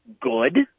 good